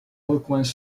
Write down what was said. recoins